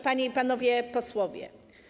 Panie i Panowie Posłowie!